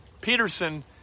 Peterson